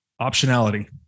Optionality